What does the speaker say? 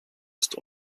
ist